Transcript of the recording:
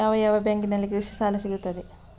ಯಾವ ಯಾವ ಬ್ಯಾಂಕಿನಲ್ಲಿ ಕೃಷಿ ಸಾಲ ಸಿಗುತ್ತದೆ?